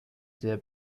sehr